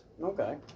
Okay